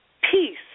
peace